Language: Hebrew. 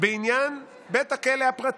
בעניין בית הכלא הפרטי.